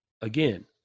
Again